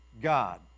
God